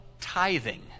tithing